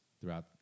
throughout